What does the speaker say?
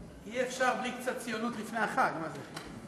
אי-אפשר בלי קצת ציונות לפני החג, מה זה?